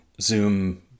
Zoom